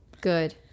Good